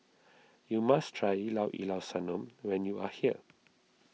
you must try Llao Llao Sanum when you are here